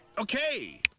okay